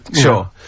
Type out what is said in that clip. Sure